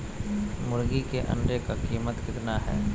मुर्गी के अंडे का कीमत कितना है?